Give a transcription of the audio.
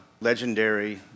legendary